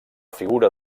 figura